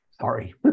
Sorry